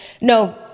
no